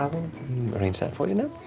arrange that for you now.